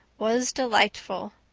was delightful.